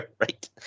right